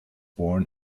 born